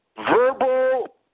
verbal